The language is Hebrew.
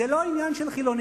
זה לא עניין של חילונים,